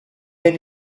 been